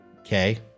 okay